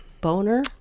Boner